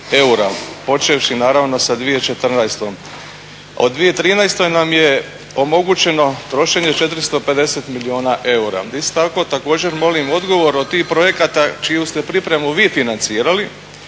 počevši naravno sa 2014.? A u 2013. nam je omogućeno trošenje 450 milijuna eura. Isto tako također molim odgovor o tim projektima čiju ste pripremu vi financirali